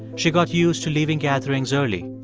she got used to living gatherings early.